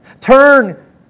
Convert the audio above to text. Turn